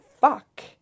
fuck